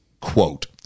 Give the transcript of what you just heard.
Quote